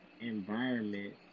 environment